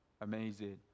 Amazing